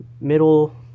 middle